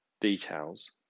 details